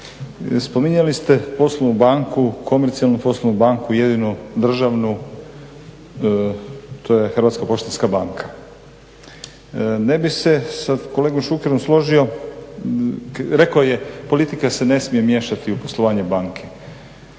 Spominjali ste poslovnu banku, komercijalnu poslovnu banku jedinu državnu to je HPB. Ne bih se sa kolegom Šukerom složio, rekao je politika se ne smije miješati u poslovanje banke.